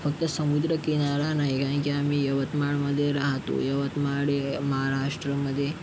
फक्त समुद्रकिनारा नाही कारण की आम्ही यवतमाळमध्ये रहातो यवतमाळ हे महाराष्ट्रमध्ये